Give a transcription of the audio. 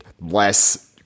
less